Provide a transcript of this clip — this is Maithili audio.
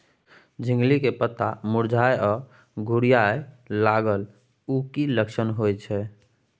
झिंगली के पत्ता मुरझाय आ घुघरीया लागल उ कि लक्षण होय छै?